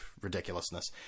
ridiculousness